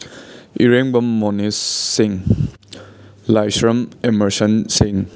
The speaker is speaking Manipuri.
ꯏꯔꯦꯡꯕꯝ ꯃꯣꯅꯤꯁ ꯁꯤꯡ ꯂꯥꯏꯁ꯭ꯔꯝ ꯑꯦꯃꯔꯁꯟ ꯁꯤꯡ